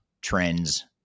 trends